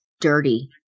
dirty